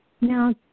Now